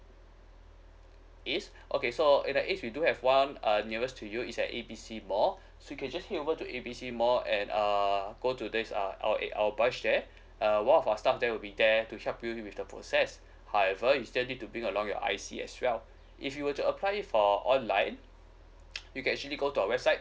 east okay so in the east we do have one uh nearest to you is at A B C mall so you can just head over to A B C mall and uh go to this uh our a~ our above share uh one of our staff there will be there to help you with the process however you still need to bring along your I_C as well if you were to apply it for online you can actually go to our website